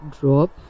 drop